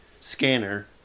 scanner